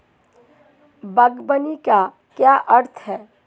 बागवानी का क्या अर्थ है?